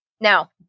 Now